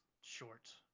short